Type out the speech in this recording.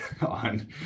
on